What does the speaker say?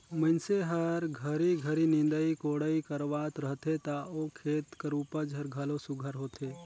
मइनसे हर घरी घरी निंदई कोड़ई करवात रहथे ता ओ खेत कर उपज हर घलो सुग्घर होथे